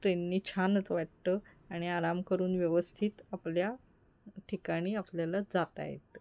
ट्रेनने छानच वाटतं आणि आराम करून व्यवस्थित आपल्या ठिकाणी आपल्याला जाता येतं